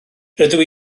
rydw